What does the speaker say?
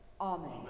Amen